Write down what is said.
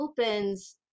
opens